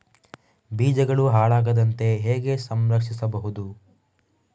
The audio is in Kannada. ಬೀಜಗಳು ಹಾಳಾಗದಂತೆ ಹೇಗೆ ಸಂರಕ್ಷಿಸಬಹುದು?